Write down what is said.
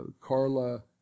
Carla